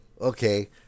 okay